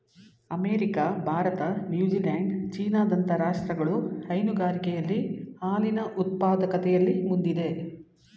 America, Bharat, New Zealand, China ದಂತ ರಾಷ್ಟ್ರಗಳು ಹೈನುಗಾರಿಕೆಯಲ್ಲಿ ಹಾಲಿನ ಉತ್ಪಾದಕತೆಯಲ್ಲಿ ಮುಂದಿದೆ